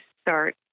start